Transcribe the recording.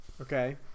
okay